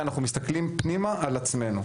אנחנו מסתכלים פנימה על עצמנו.